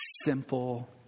simple